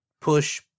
push